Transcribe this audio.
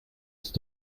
ist